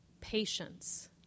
patience